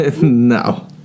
No